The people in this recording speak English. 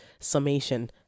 summation